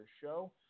show